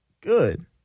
good